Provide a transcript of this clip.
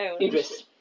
Idris